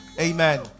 Amen